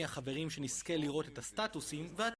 החברים שנזכה לראות את הסטטוסים